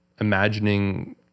imagining